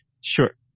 Sure